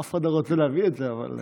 אף אחד לא רוצה להביא את זה, אבל,